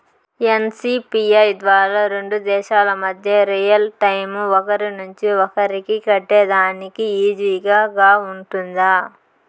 NCPI ద్వారా రెండు దేశాల మధ్య రియల్ టైము ఒకరి నుంచి ఒకరికి కట్టేదానికి ఈజీగా గా ఉంటుందా?